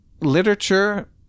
Literature